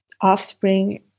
offspring